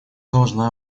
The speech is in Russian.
должна